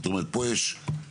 זאת אומרת, פה יש חלף.